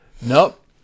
nope